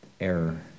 error